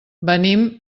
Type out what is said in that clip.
venim